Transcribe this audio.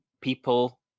people